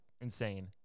insane